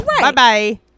bye-bye